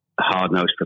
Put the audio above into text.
hard-nosed